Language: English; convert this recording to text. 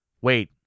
wait